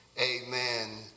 amen